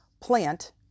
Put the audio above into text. plant